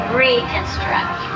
reconstruct